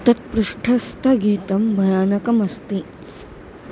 तत् पृष्ठस्तगीतं भयानकम् अस्ति